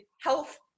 health